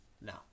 No